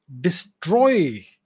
destroy